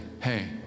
hey